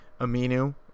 Aminu